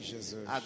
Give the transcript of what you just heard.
Jesus